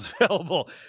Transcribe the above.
available